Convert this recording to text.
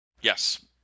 Yes